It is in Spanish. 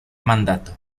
mandato